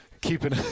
keeping